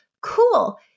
cool